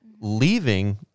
Leaving